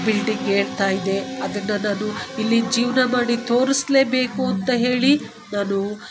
building ಏರ್ತಾ ಇದೆ ಅದನ್ನು ನಾನು ಇಲ್ಲಿ ಜೀವನ ಮಾಡಿ ತೋರಿಸ್ಲೇಬೇಕು ಅಂತ ಹೇಳಿ ನಾನು